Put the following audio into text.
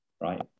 right